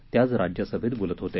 ते आज राज्यसभेत बोलत होते